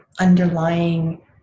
underlying